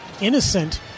innocent